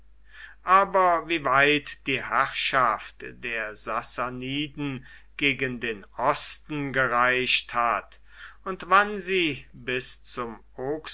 aber wie weit die herrschaft der sassaniden gegen den osten gereicht hat und wann sie bis zum